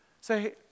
say